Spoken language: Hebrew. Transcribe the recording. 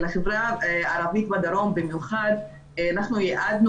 ולחברה הערבית בדרום במיוחד אנחנו ייעדנו